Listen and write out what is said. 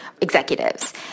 executives